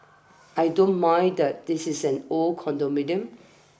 I don't mind that this is an old condominium